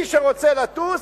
מי שרוצה לטוס,